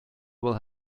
will